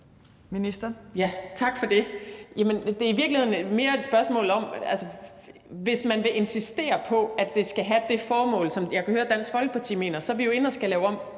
Tak for det.